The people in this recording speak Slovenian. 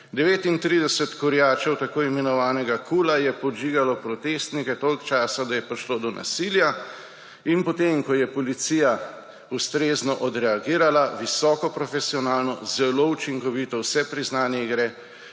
39 kurjačev tako imenovanega KUL-a je podžigalo protestnike toliko časa, da je prišlo do nasilja. In potem, ko je policija ustrezno odreagirala − visoko profesionalno, zelo učinkovito, vse priznanje ji